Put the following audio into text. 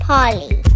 Polly